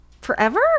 Forever